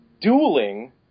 dueling